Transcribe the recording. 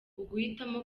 uguhitamo